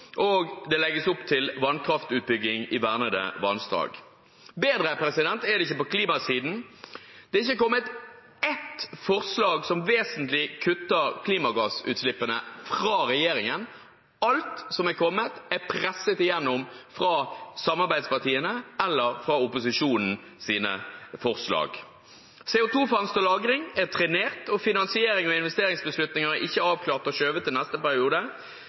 og det legges opp til vannkraftutbygging i vernede vassdrag. Bedre er det ikke på klimasiden. Det er ikke kommet ett forslag som vesentlig kutter klimagassutslippene, fra regjeringen. Alt som er kommet, er presset igjennom fra samarbeidspartiene eller fra opposisjonens forslag. CO 2 -fangst og -lagring er trenert, og finansieringen ved investeringsbeslutninger er ikke avklart og skjøvet til neste periode.